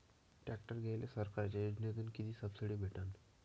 Tractor घ्यायले सरकारच्या योजनेतून किती सबसिडी भेटन?